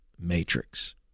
matrix